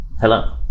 hello